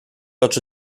oczy